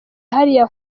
hariya